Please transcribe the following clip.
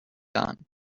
done